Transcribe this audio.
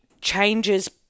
changes